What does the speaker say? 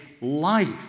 life